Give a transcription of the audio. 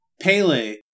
Pele